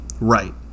right